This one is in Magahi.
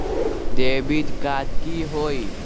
डेबिट कार्ड की होई?